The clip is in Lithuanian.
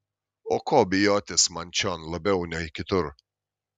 o ko bijotis man čion labiau nei kitur